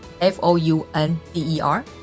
f-o-u-n-d-e-r